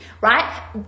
right